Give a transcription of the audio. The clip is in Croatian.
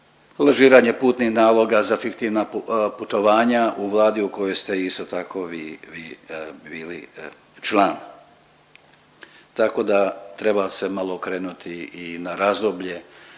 lažiranje putnih naloga za fiktivna putovanja u vladi u kojoj ste isto tako vi, vi bili član. Tako da treba se malo okrenuti i na razdoblje